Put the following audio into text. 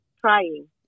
trying